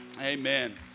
Amen